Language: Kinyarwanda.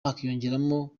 hakiyongeraho